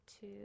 two